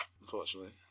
unfortunately